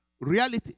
reality